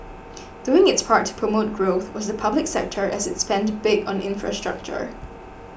doing its part to promote growth was the public sector as it spent big on infrastructure